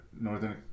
Northern